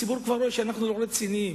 הציבור רואה שאנחנו לא רציניים.